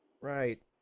Right